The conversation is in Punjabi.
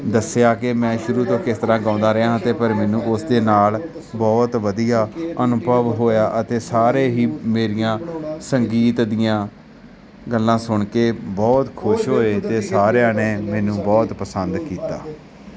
ਦੱਸਿਆ ਕਿ ਮੈਂ ਸ਼ੁਰੂ ਤੋਂ ਕਿਸ ਤਰ੍ਹਾਂ ਗਾਉਂਦਾ ਰਿਹਾ ਹਾਂ ਅਤੇ ਪਰ ਮੈਨੂੰ ਉਸ ਦੇ ਨਾਲ ਬਹੁਤ ਵਧੀਆ ਅਨੁਭਵ ਹੋਇਆ ਅਤੇ ਸਾਰੇ ਹੀ ਮੇਰੀਆਂ ਸੰਗੀਤ ਦੀਆਂ ਗੱਲਾਂ ਸੁਣ ਕੇ ਬਹੁਤ ਖੁਸ਼ ਹੋਏ ਅਤੇ ਸਾਰਿਆਂ ਨੇ ਮੈਨੂੰ ਬਹੁਤ ਪਸੰਦ ਕੀਤਾ